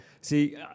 See